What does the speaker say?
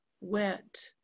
wet